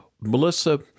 Melissa